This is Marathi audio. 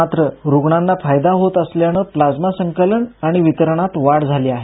मात्र रुग्णांना फायदा होत असल्यानं प्लाझ्मा संकलन आणि वितरणात वाढ झाली आहे